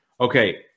Okay